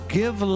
give